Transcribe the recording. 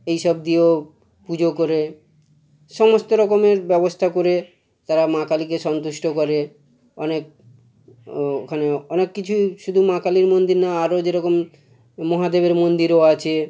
এই সব দিয়েও পুজো করে সমস্ত রকমের ব্যবস্থা করে তারা মা কালীকে সন্তুষ্ট করে অনেক ওখানেও অনেক কিছু শুধু মা কালীর মন্দির না আরো যেরকম মহাদেবের মন্দিরও আছে